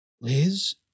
Liz